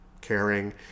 caring